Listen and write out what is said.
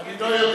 אני לא יודע.